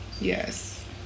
Yes